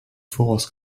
voraus